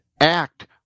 act